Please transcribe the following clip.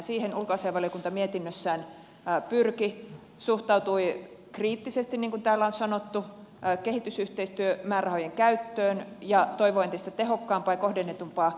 siihen ulkoasiainvaliokunta mietinnössään pyrki suhtautui kriittisesti niin kuin täällä on sanottu kehitysyhteistyömäärärahojen käyttöön ja toivoo entistä tehokkaampaa ja kohdennetumpaa käyttöä